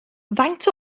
faint